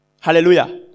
hallelujah